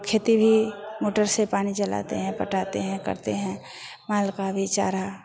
खेती भी मोटर से पानी चलाते हैं पटाते हैं करते हैं माल का भी चारा